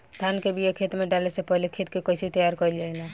धान के बिया खेत में डाले से पहले खेत के कइसे तैयार कइल जाला?